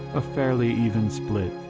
a fairly even split.